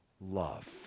love